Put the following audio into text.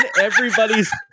everybody's